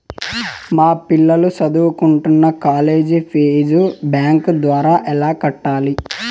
మా పిల్లలు సదువుకుంటున్న కాలేజీ ఫీజు బ్యాంకు ద్వారా ఎలా కట్టాలి?